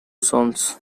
sons